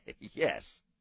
Yes